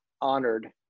honored